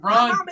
Run